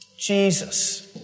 Jesus